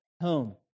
home